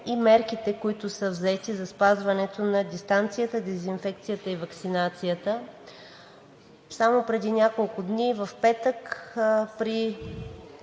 и мерките, които са взети за спазването на дистанцията, дезинфекцията и ваксинацията. Само преди няколко дни в петък при